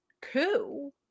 coup